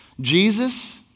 Jesus